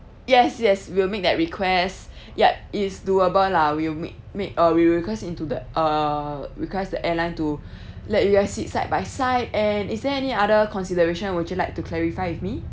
yes yes we'll make that request yup it's doable lah we'll make make uh we will request into the uh request the airline to let you guys sit side by side and is there any other consideration would you like to clarify with me